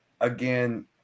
Again